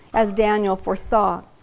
as daniel foresaw.